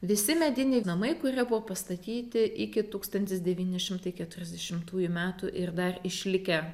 visi mediniai namai kurie buvo pastatyti iki tūkstantis devyni šimtai keturiasdešimtųjų metų ir dar išlikę